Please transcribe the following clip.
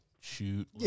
shoot